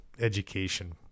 education